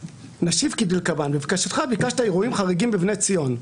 נשיב כדלקמן: בבקשתך ביקשת אירועים חריגים בבני ציון.